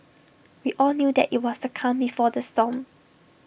we all knew that IT was the calm before the storm